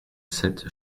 sept